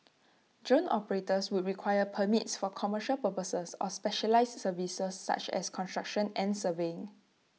drone operators would require permits for commercial purposes or specialised services such as construction and surveying